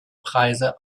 preise